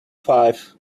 five